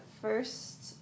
first